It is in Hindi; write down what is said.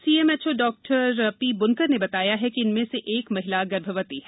सीएमचओ डॉ पी ब्नकर ने बताया है कि इनमें से एक महिला गर्भवती है